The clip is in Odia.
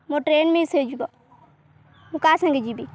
ମୋର ଟ୍ରେନ୍ ମିସ୍ ହେଇଯିବ ମୁଁ କାହା ସାଙ୍ଗେ ଯିବି